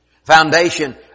Foundation